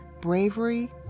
bravery